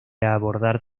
abordar